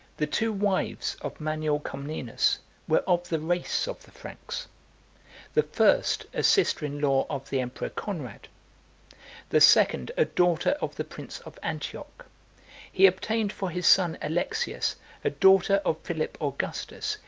the two wives of manuel comnenus were of the race of the franks the first, a sister-in-law of the emperor conrad the second, a daughter of the prince of antioch he obtained for his son alexius a daughter of philip augustus,